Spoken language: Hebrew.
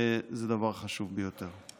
וזה דבר חשוב ביותר.